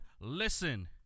listen